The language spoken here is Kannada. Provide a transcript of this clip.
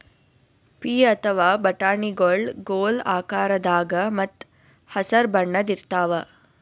ಪೀ ಅಥವಾ ಬಟಾಣಿಗೊಳ್ ಗೋಲ್ ಆಕಾರದಾಗ ಮತ್ತ್ ಹಸರ್ ಬಣ್ಣದ್ ಇರ್ತಾವ